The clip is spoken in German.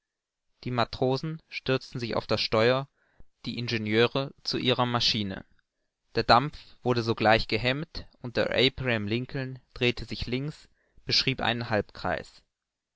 die matrosen stürzten sich auf das steuer die ingenieure zu ihrer maschine der dampf wurde sogleich gehemmt und der abraham lincoln drehte sich links beschrieb einen halbkreis